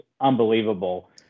unbelievable